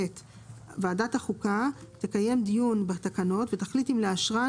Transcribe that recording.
ועדת החוקה תקים דיון בתקנות ותחליט אם לאשרן,